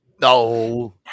No